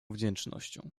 wdzięcznością